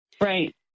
Right